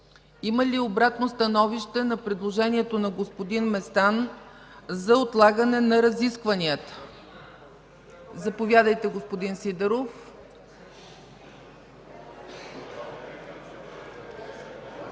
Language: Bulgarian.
Има ли обратно становище на предложението на господин Местан за отлагане на разискванията? Заповядайте, господин Сидеров.